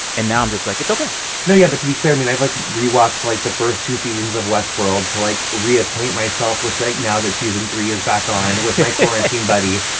and now i'm just like, it's ok no, yeah. but to be clear, i mean, i've, like, re-watched, like, the first two seasons of westworld to, like, reacquaint myself with, like, now that season three is back on. with my quarantine buddy.